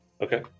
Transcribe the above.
Okay